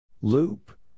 Loop